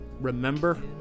Remember